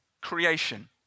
creation